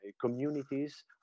communities